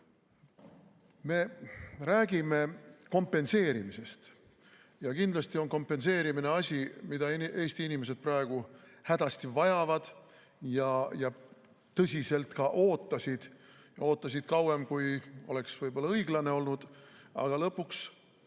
Me räägime kompenseerimisest. Kindlasti on kompenseerimine asi, mida Eesti inimesed praegu hädasti vajavad ning tõsiselt ka ootasid ja ootasid kauem, kui oleks õiglane olnud. Aga lõpuks